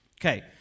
Okay